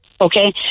okay